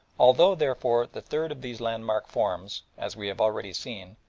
although, therefore, the third of these landmarks forms, as we have already seen,